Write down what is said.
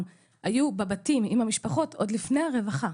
היו בבתים עם המשפחה עוד לפניה רווחה,